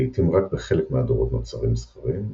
לעיתים רק בחלק מהדורות נוצרים זכרים,